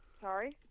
Sorry